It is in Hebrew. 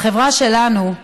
בחברה שלנו,